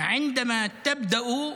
להלן תרגומם: